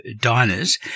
diners